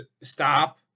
stop